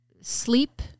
sleep